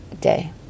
day